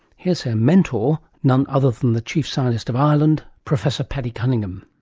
here's her mentor, none other than the chief scientist of ireland, professor paddy cunningham.